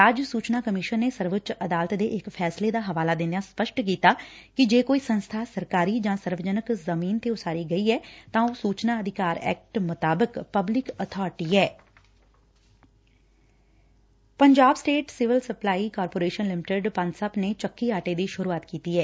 ਰਾਜ ਸੁਚਨਾ ਕਮਿਸ਼ਨ ਨੇ ਸਰਵਉੱਚ ਅਦਾਲਤ ਦੇ ਇਕ ਫੈਸਲੇ ਦਾ ਹਵਾਲਾ ਦਿੰਦਿਆ ਸਪੱਸ਼ਟ ਕੀਤਾ ਕਿ ਜੇ ਕੋਈ ਸੰਸਬਾ ਸਰਕਾਰੀ ਜਾਂ ਸਰਵਜਨਕ ਜ਼ਮੀਨ ਤੇ ਉਸਾਰੀ ਗਈ ਐ ਤਾਂ ਉਹ ਸੁਚਨਾ ਅਧਿਕਾਰ ਐਕਟ ਮੁਤਾਬਿਕ ਪਬਲਿਕ ਅਥਾਰਟੀ ਐ Punjab state civil supplies corporation limited Punsup ਨੇ ਚੱਕੀ ਆਟੇ ਦੀ ਸੂਰੁਆਤ ਕੀਡੀ ਏ